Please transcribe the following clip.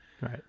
Right